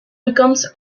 becomes